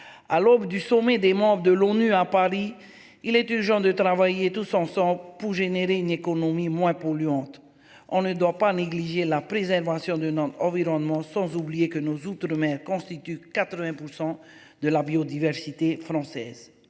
à l'aube du sommet des membres de l'ONU à Paris. Il est du genre de travailler tous ensemble pour générer une économie moins polluantes. On ne doit pas négliger la préservation de notre environnement. Sans oublier que nos Outre-mer constituent 80% de la biodiversité française